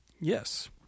Yes